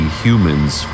humans